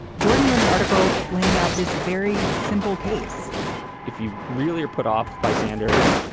jordan wrote an article laying out this very simple case if you really are put off by sanders,